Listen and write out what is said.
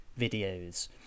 videos